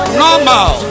normal